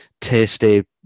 tasty